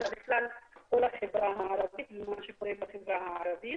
אלא בכלל כל החברה הערבית ומה שקורה בחברה הערבית.